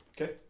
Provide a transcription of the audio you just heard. Okay